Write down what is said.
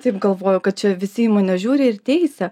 taip galvojau kad čia visi į mane žiūri ir teisia